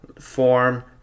form